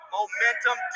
Momentum